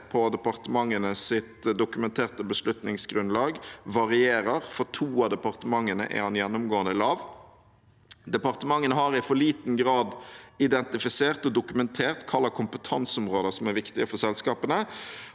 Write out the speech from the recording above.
på departementenes dokumenterte beslutningsgrunnlag varierer, og for to av departementene er den gjennomgående lav. – Departementene har i for liten grad identifisert og dokumentert hva slags kompetanseområder som er viktige for selskapene.